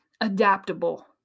adaptable